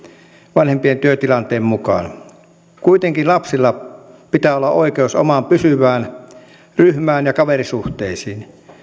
vanhempien työtilanteen mukaan kuitenkin lapsilla pitää olla oikeus omaan pysyvään ryhmään ja kaverisuhteisiin